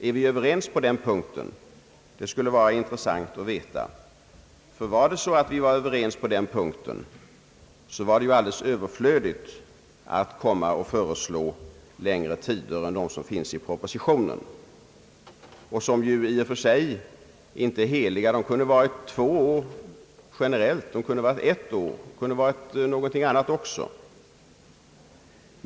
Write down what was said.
Är vi överens på den punkten? Det skulle vara intressant att veta det. Vore vi överens på denna punkt, vore det ju alldeles överflödigt att föreslå längre tider än de som finns angivna i propositionen och som ju i och för sig inte är heliga. Det kunde.ha varit två år generellt, det kunde ha varit ett år och det kunde ha varit någon annan tidslängd också.